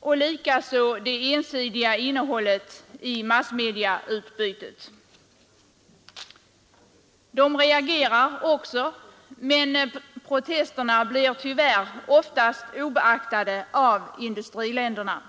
och likaså det ensidiga innehållet i massmediautbudet. De reagerar också, men prostesterna blir tyvärr oftast obeaktade av industriländerna.